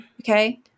Okay